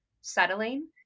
settling